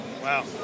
Wow